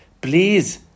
Please